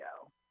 go